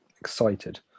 Excited